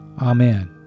Amen